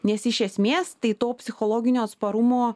nes iš esmės tai to psichologinio atsparumo